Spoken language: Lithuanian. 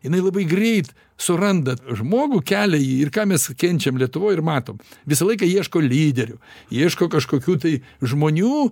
jinai labai greit suranda žmogų kelia jį ir ką mes kenčiam lietuvoj ir matom visą laiką ieško lyderių ieško kažkokių tai žmonių